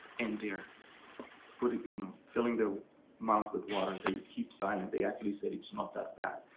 and they're puting, you know, filling their mouth with water. they keep silent. they actually said it's not that bad.